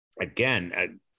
Again